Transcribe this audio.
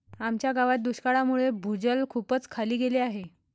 आमच्या गावात दुष्काळामुळे भूजल खूपच खाली गेले आहे